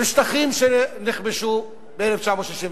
בשטחים שנכבשו ב-1967.